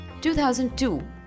2002